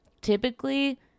typically